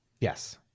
yes